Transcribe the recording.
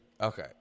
Okay